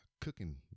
cooking